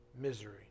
misery